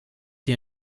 die